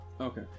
Okay